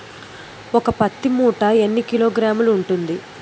ఒక పత్తి మూట ఎన్ని కిలోగ్రాములు ఉంటుంది?